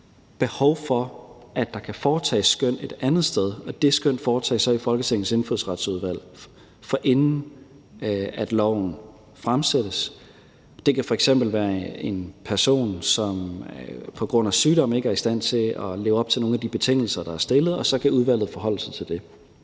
behov for, at der kan foretages skøn et andet sted. Det skøn foretages så i Folketingets Indfødsretsudvalg, forinden at lovforslaget fremsættes. Det kan f.eks. være en person, som på grund af sygdom ikke er i stand til at leve op til nogle af de betingelser, der er stillet, og så kan udvalget forholde sig til det.